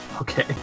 Okay